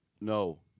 no